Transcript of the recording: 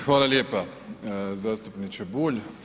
Hvala lijepa, zastupniče Bulj.